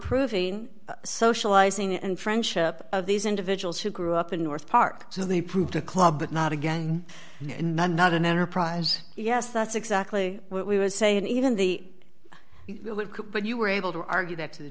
proving socializing and friendship of these individuals who grew up in north park to the prove to club but not again not an enterprise yes that's exactly what we would say and even the but you were able to argue that t